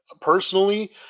personally